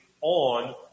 on